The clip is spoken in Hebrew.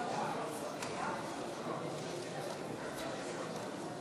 הצבעה על הצעת האי-אמון בממשלה של המחנה הציוני,